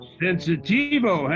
sensitivo